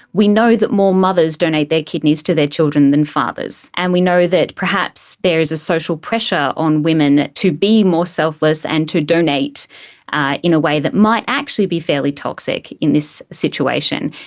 we know that more mothers donate their kidneys to their children than fathers, and we know that perhaps there is a social pressure on women to be more selfless and to donate in a way that might actually be fairly toxic in this situation.